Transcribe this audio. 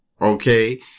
okay